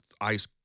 ice